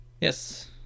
Yes